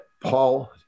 Paul –